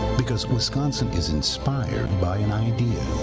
because wisconsin is inspired by an idea